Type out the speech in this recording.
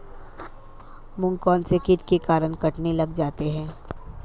मूंग कौनसे कीट के कारण कटने लग जाते हैं?